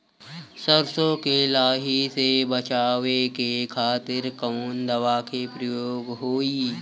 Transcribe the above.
सरसो के लही से बचावे के खातिर कवन दवा के प्रयोग होई?